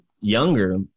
younger